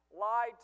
lied